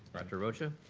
dr. rocha?